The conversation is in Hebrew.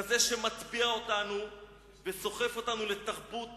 כזה שמטביע אותנו וסוחף אותנו לתרבות